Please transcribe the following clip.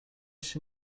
się